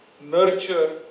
nurture